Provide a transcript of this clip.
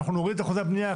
אנחנו נוריד את אחוזי הבנייה,